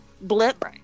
blip